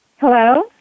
Hello